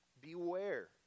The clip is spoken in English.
beware